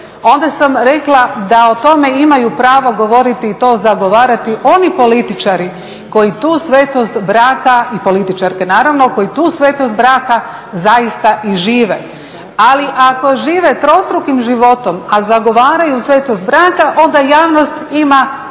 Onda sam rekla da o tome imaju pravo govoriti i to zagovarati oni političari koji tu svetost braka i političarke naravno, koji tu svetost braka zaista i žive. Ali ako žive trostrukim živom, a zagovaraju svetost braka onda javnost ima